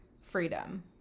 freedom